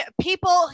people